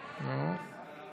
המשפט (תיקון